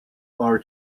our